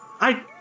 I